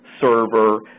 server